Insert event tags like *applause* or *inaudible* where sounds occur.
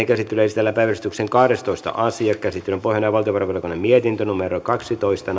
*unintelligible* käsittelyyn esitellään päiväjärjestyksen kahdestoista asia käsittelyn pohjana on valtiovarainvaliokunnan mietintö kaksitoista *unintelligible*